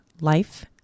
life